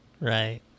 right